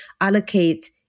allocate